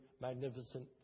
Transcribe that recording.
magnificent